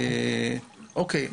אוקיי,